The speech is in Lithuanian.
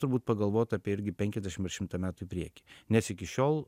turbūt pagalvot apie irgi penkiasdešim ar šimtą metų į priekį nes iki šiol